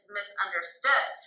misunderstood